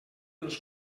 els